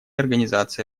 организации